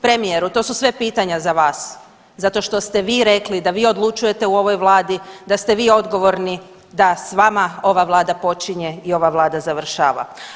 Premijeru to su sve pitanja za vas zato što ste vi rekli da vi odlučujete u ovoj vladi, da ste vi odgovorni, da s vama ova vlada počinje i ova vlada završava.